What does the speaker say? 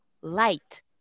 Light